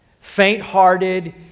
Faint-hearted